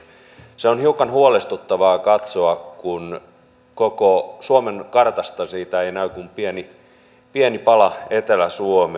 se on hiukan huolestuttavaa katsoa kun koko suomen kartasta ei näy kuin pieni pala etelä suomea